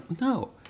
No